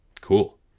Cool